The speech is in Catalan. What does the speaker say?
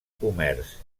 comerç